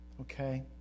Okay